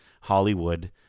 Hollywood